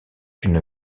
une